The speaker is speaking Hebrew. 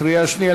קריאה שנייה,